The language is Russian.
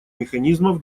механизмов